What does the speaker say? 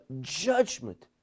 judgment